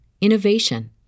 innovation